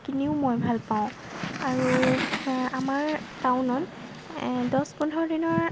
কিনিও মই ভাল পাওঁ আৰু আমাৰ টাউনত দছ পোন্ধৰ দিনৰ